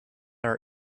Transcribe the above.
our